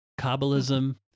Kabbalism